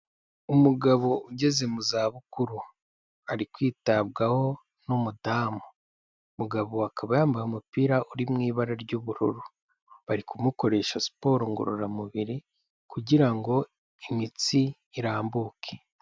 Umugabo ugeze mu zabukuru ari kwitabwaho n'umudamu, umugabo akaba yambaye umupira uri mu ibara ry'ubururu, bari kumukoresha siporo ngororamubiri kugira ngo imitsi irambuke.